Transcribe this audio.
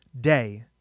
day